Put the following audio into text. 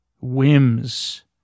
whims